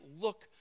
look